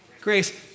grace